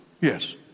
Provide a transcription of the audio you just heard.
yes